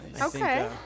Okay